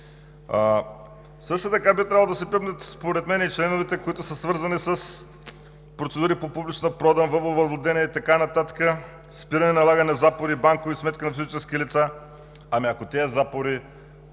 Също така би трябвало да се пипнат според мен и членовете, които са свързани с процедури по публична продан, въвод във владение и така нататък, спиране и налагане на запори и банкови сметки на физически лица. Ами ако тези запори